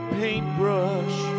paintbrush